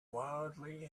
wildly